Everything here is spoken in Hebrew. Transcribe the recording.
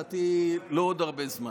להערכתי, לא בעוד הרבה זמן.